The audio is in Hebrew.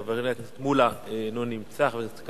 חבר הכנסת מולה, אינו נמצא.